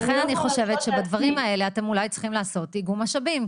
לכן אני חושבת שבדברים האלה אתם אולי צריכים לעשות איגום משאבים,